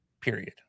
period